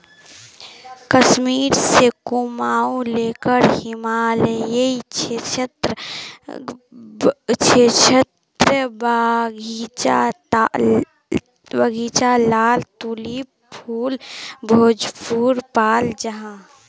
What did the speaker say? कश्मीर से कुमाऊं टेकर हिमालयी क्षेत्रेर बघिचा लात तुलिप फुल भरपूर पाल जाहा